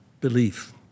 belief